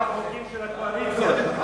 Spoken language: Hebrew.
את החוקים של הקואליציה.